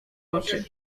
oczy